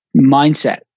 mindset